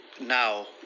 now